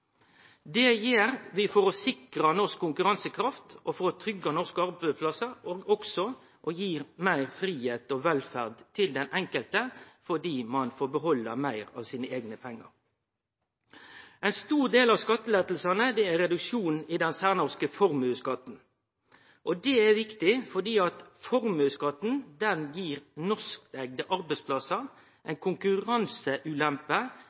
Det gjer vi for å sikre norsk konkurransekraft, for å tryggje norske arbeidsplassar og for å gi meir fridom og velferd til den enkelte, fordi ein får behalde meir av sine eigne pengar. Ein stor del av skattelettane er reduksjon i den særnorske formuesskatten. Det er viktig fordi formuesskatten gir norskeigde arbeidsplassar